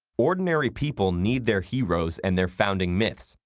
ordinary people need their heroes and their founding myths.